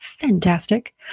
fantastic